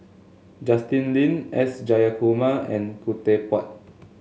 Justin Lean S Jayakumar and Khoo Teck Puat